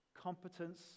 competence